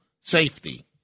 safety